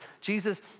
Jesus